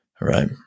right